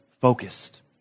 focused